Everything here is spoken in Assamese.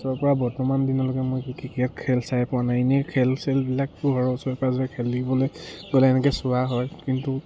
ওচৰৰ পৰা বৰ্তমান দিনলৈকে মই কি ক্ৰিকেট খেল চাই পোৱা নাই এনেই খেল চেলবিলাকতো হয় ওচৰে পাজৰে খেলিবলৈ গ'লে এনেকে চোৱা হয় কিন্তু